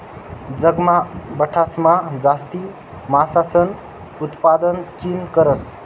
जगमा बठासमा जास्ती मासासनं उतपादन चीन करस